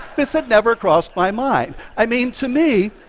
this had never crossed my mind. i mean, to me,